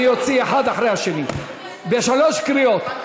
אני אוציא אחד אחרי השני בשלוש קריאות.